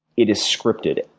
it is scripted.